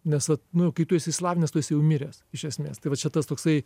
nes vat nu jau kai tu esi išsilavinęs tu esi jau miręs iš esmės tai va čia tas toksai